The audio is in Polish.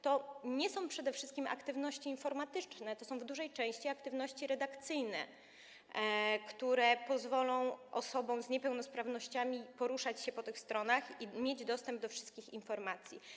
To nie są przede wszystkim aktywności informatyczne, to są w dużej części aktywności redakcyjne, które pozwolą osobom z niepełnosprawnościami poruszać się po tych stronach i mieć dostąp do wszystkich informacji.